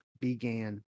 began